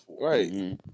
right